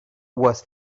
was